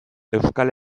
euskal